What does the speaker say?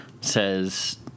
says